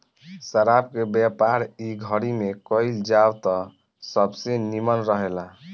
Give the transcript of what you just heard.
शराब के व्यापार इ घड़ी में कईल जाव त सबसे निमन रहेला